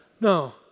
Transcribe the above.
no